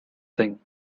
thing